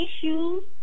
issues